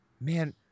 Man